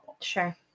Sure